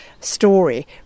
story